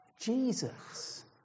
Jesus